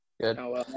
Good